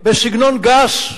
בסגנון גס,